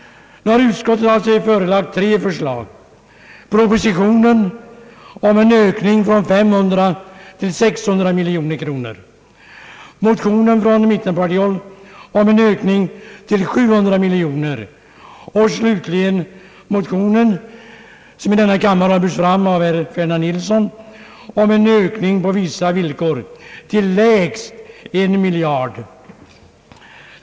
Utskottet har haft sig förelagt tre förslag, propositionens förslag om en ökning från 500 till 600 miljoner kronor, förslaget i motionen från mittpartihåll om en ökning till 700 miljoner kronor och förslaget i den motion som i denna kammare har väckts av herr Ferdinand Nilsson och som innebär en ökning på vissa villkor till lägst en miljard kronor.